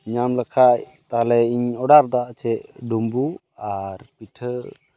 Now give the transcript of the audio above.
ᱧᱟᱢ ᱞᱮᱠᱷᱟᱡ ᱛᱟᱦᱚᱞᱮ ᱤᱧ ᱚᱰᱟᱨᱮᱫᱟ ᱡᱮ ᱰᱩᱢᱵᱩᱜ ᱟᱨ ᱯᱤᱴᱷᱟᱹ